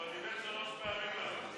הוא כבר דיבר שלוש פעמים היום.